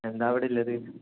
എന്താണ് അവിടെ ഉള്ളത്